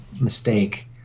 mistake